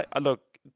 Look